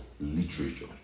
literature